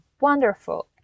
wonderful